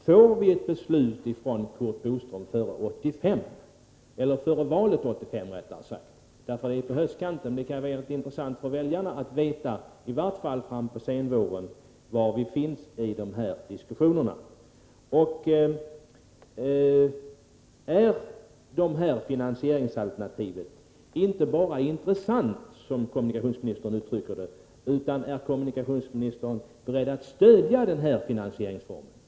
Får vi ett beslut från Curt Boström före 1985, eller före valet 1985 rättare sagt? Det kan vara intressant för väljarna att få veta, i varje fall fram på senvåren, var vi står när det gäller dessa diskussioner. Är det här finansieringsalternativet inte bara intressant, som kommunikationsministern uttrycker det, utan är kommunikationsministern också beredd att stödja den här finansieringsformen?